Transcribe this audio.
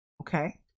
okay